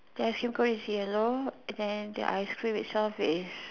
that sugar is yellow then the ice cream itself is